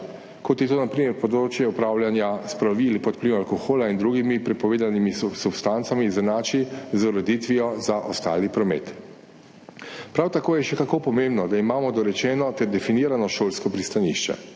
kot je na primer področje upravljanja s plovili pod vplivom alkohola in drugih prepovedanih substanc, izenačijo z ureditvijo za ostali promet. Prav tako je še kako pomembno, da imamo dorečeno ter definirano šolsko pristanišče.